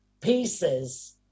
pieces